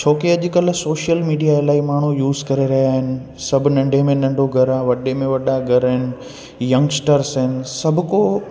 छोकी अॼुकल्ह social media इलाही माण्हू यूज़ करे रहिया आहिनि सभु नंढे में नंढो घरु आहे वॾे में वॾा घर आहिनि यंग्स्टर्स आहिनि सभु को